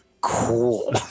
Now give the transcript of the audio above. cool